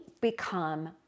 become